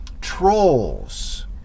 Trolls